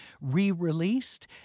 re-released